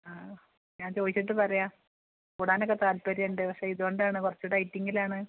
ആ ഞാൻ ചോദിച്ചിട്ട് പറയാം കൂടാനൊക്കെ താത്പര്യമുണ്ട് പക്ഷെ ഇതുകൊണ്ടാണ് കുറച്ച് ടൈറ്റിങ്ങിലാണ്